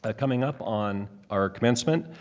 ah coming up on our commencement,